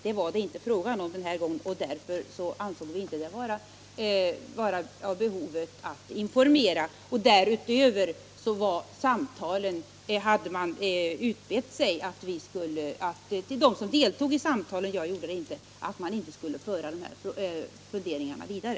Det var det inte frågan om den här gången, och därför ansåg vi det inte vara nödvändigt att informera i detta fall. Därutöver hade man utbett sig av dem som deltog i samtalen - jag gjorde inte det — att de inte skulle föra funderingarna vidare.